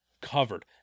covered